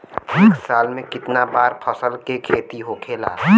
एक साल में कितना बार फसल के खेती होखेला?